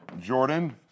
Jordan